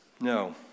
No